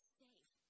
safe